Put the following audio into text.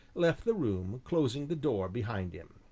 left the room, closing the door behind him.